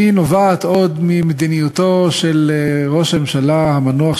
נובעת עוד ממדיניותו של ראש הממשלה המנוח,